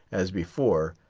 as before,